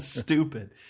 stupid